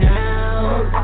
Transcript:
now